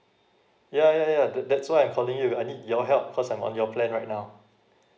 yeah yeah yeah that that's why I'm calling you I need your help cause I'm on your plan right now